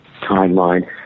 timeline